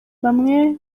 bamwe